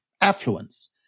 affluence